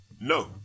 No